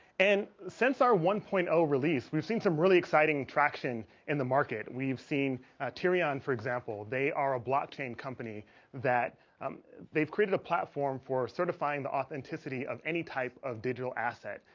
and since our one point zero. release. we've seen some really exciting traction in the market. we've seen tyrion for example they are a blockchain company that um they've created a platform for certifying the authenticity of any type of digital asset,